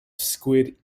squid